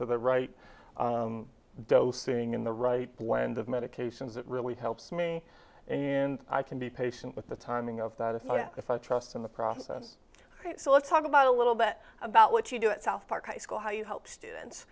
to the right dose seeing in the right blend of medications it really helps me when i can be patient with the timing of that if i have if i trust in the process so let's talk about a little bit about what you do at south park high school how you help students